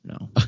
no